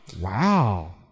Wow